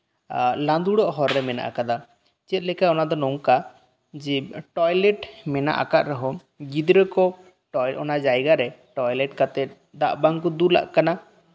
ᱟᱸ ᱞᱟᱸᱫᱩᱲᱚᱜ ᱦᱚᱨ ᱨᱮ ᱢᱮᱱᱟᱜ ᱟᱠᱟᱫᱟ ᱪᱮᱫᱞᱮᱠᱟ ᱚᱱᱟ ᱫᱚ ᱱᱚᱝᱠᱟ ᱡᱮ ᱴᱚᱭᱞᱮᱴ ᱢᱮᱱᱟᱜ ᱟᱠᱟᱫ ᱨᱮᱦᱚᱸ ᱜᱤᱫᱽᱨᱟᱹ ᱠᱚ ᱴᱚᱭ ᱚᱱᱟ ᱡᱟᱭᱜᱟ ᱨᱮ ᱴᱚᱭᱞᱮᱴ ᱠᱟᱛᱮ ᱚᱱᱟ ᱡᱟᱭᱜᱟ ᱨᱮ ᱫᱟᱜ ᱵᱟᱝᱠᱚ ᱫᱩᱞᱟᱜ ᱠᱟᱱᱟ